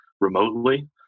remotely